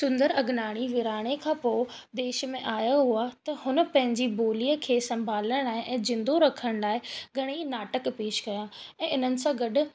सुंदर अगनाणी विरहाङे खां पोइ देश में आहियो हुआ त हुन पंहिंजी ॿोलीअ खे संभालण लाइ ऐं ज़िदो रखण लाइ घणे ई नाटक पेश कया ऐं इन्हनि सां गॾु